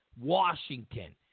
Washington